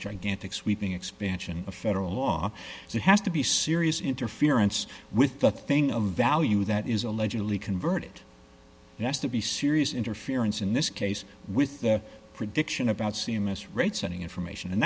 gigantic sweeping expansion of federal law is it has to be serious interference with the thing of value that is allegedly converted us to be serious interference in this case with their prediction about c m s rates ending information and